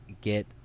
get